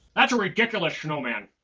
that's a ridiculous snowman.